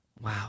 Wow